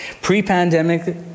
Pre-pandemic